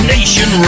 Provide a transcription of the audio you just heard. Nation